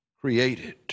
created